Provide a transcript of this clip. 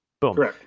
Boom